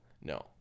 No